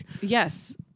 Yes